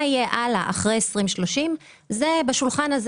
מה יהיה הלאה אחרי 2030?